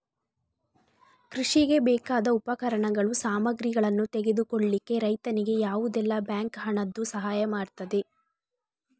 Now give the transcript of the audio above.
ಕೃಷಿಗೆ ಬೇಕಾದ ಉಪಕರಣಗಳು, ಸಾಮಗ್ರಿಗಳನ್ನು ತೆಗೆದುಕೊಳ್ಳಿಕ್ಕೆ ರೈತನಿಗೆ ಯಾವುದೆಲ್ಲ ಬ್ಯಾಂಕ್ ಹಣದ್ದು ಸಹಾಯ ಮಾಡ್ತದೆ?